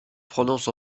prononce